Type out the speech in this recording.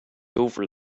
over